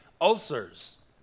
ulcers